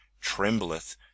trembleth